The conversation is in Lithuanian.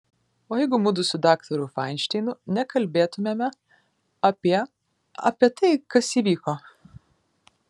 o jeigu mudu su daktaru fainšteinu nekalbėtumėme apie apie tai kas įvyko